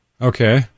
Okay